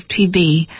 TB